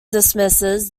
dismisses